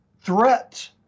threat